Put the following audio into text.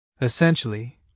Essentially